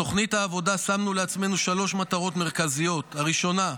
בתוכנית העבודה שמנו לעצמנו שלוש מטרות מרכזיות: הראשונה,